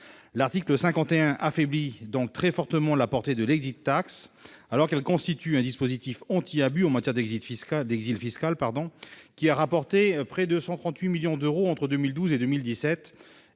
L'article 51 affaiblit donc très fortement la portée de l', alors qu'il s'agit d'un dispositif anti-abus en matière d'exil fiscal, qui a rapporté près de 138 millions d'euros entre 2012 et 2017